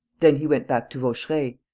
then he went back to vaucheray,